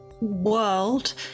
world